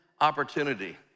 opportunity